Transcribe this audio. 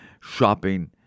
shopping